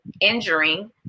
injuring